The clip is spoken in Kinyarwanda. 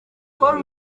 col